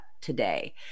today